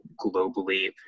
globally